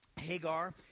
Hagar